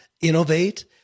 innovate